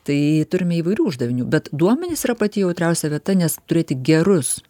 tai turime įvairių uždavinių bet duomenys yra pati jautriausia vieta nes turėti gerus